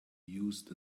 used